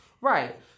right